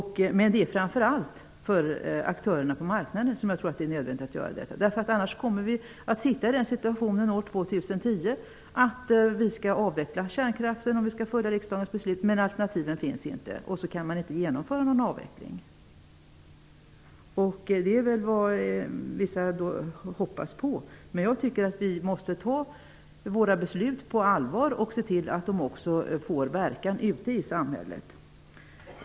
Det är framför allt för aktörerna på marknaden som jag tror att det är nödvändigt att göra detta. Annars kommer vi att vara i den situationen år 2010 att vi skall avveckla kärnkraften, men utan att ha alternativen. Då går det inte att genomföra någon avveckling. Det är väl vad vissa hoppas på. Men jag tycker att vi måste ta våra beslut på allvar och se till att de får verkan ute i samhället.